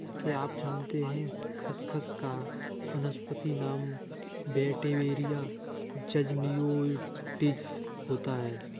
क्या आप जानते है खसखस का वानस्पतिक नाम वेटिवेरिया ज़िज़नियोइडिस होता है?